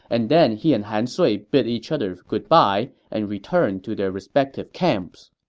and then he and han sui bid each other goodbye and returned to their respective camps